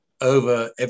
over